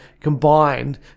combined